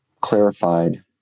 clarified